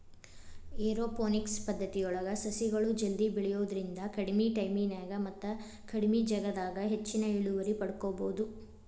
aeroponics ಪದ್ದತಿಯೊಳಗ ಸಸಿಗಳು ಜಲ್ದಿ ಬೆಳಿಯೋದ್ರಿಂದ ಕಡಿಮಿ ಟೈಮಿನ್ಯಾಗ ಮತ್ತ ಕಡಿಮಿ ಜಗದಾಗ ಹೆಚ್ಚಿನ ಇಳುವರಿ ಪಡ್ಕೋಬೋದು